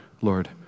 Lord